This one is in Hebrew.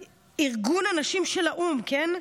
ארגון הנשים של האו"ם, כן,